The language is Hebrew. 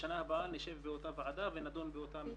בשנה הבאה נשב באותה ועדה ונדון באותם דברים.